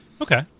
Okay